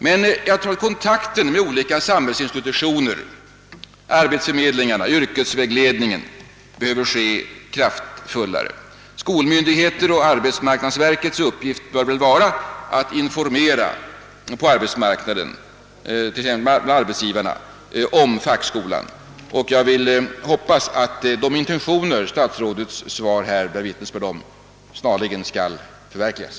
Men jag anser att kontakterna med olika samhällsinstanser — arbetsförmedlingarna och yrkesvägledningen — måste knytas fastare. Skolmyndigheternas och arbetsmarknadsverkets uppgift bör vara att informera arbetsgivarna om fackskolan. Jag hoppas att de intentioner som statsrådets svar ger vittnesbörd om snart skall förverkligas.